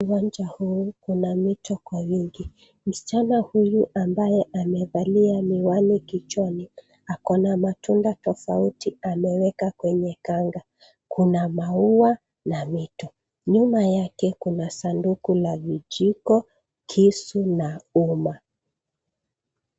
Uwanja huu kuna mito kwa wingi. Msichana huyu ambaye amevalia miwani kichwani ako na matunda tofauti ameweka kwenye kanga. Kuna maua na mito. Nyuma yake kuna sanduku la vijiko, kisu na umma.